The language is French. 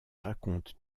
raconte